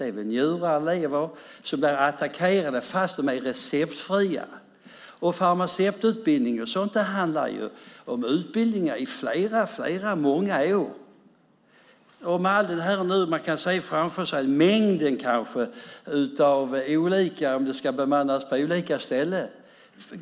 Det blir njurar och lever som blir attackerade fastän medlen är receptfria. Farmaceututbildningar och liknande innebär utbildning under många år. Man kan nu kanske se mängden som behövs om det ska bemannas på olika ställen.